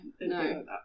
no